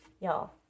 Y'all